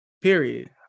period